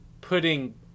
putting